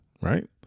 right